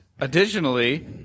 additionally